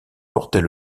portait